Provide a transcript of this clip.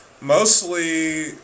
mostly